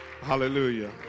Hallelujah